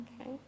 Okay